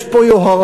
יש פה יוהרה,